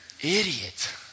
idiot